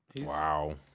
Wow